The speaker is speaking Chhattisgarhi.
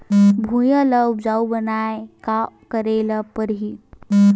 भुइयां ल उपजाऊ बनाये का करे ल पड़ही?